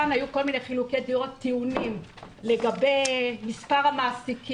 היו כאן כל מיני חילוקי דעות לגבי מספר המעסיקים.